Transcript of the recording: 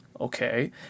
okay